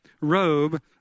robe